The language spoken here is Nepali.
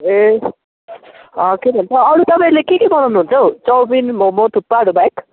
ए के भन्छ अरू तपाईँले के के बनाउनु हुन्छ हौ चौमिन मोमो थुक्पाहरू बाहेक